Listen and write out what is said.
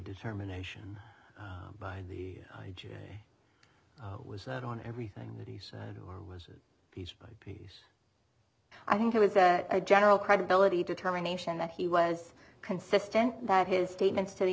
determination by the jury was not on everything that he said or was it piece by piece i think it was a general credibility determination that he was consistent that his statements to the